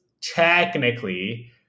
technically